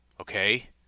Okay